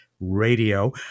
radio